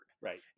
right